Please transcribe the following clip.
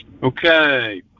okay